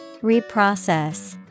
Reprocess